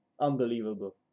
unbelievable